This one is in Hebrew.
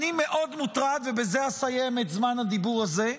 אני מאוד מוטרד, ובזה אסיים את זמן הדיבור הזה,